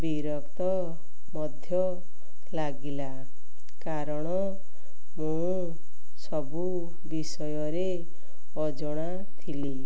ବିରକ୍ତ ମଧ୍ୟ ଲାଗିଲା କାରଣ ମୁଁ ସବୁ ବିଷୟରେ ଅଜଣା ଥିଲି